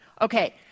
Okay